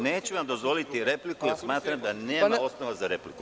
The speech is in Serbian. Neću vam dozvoliti repliku, jer smatram da nema osnova za repliku.